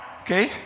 Okay